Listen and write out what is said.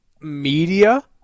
media